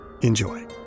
Enjoy